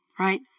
Right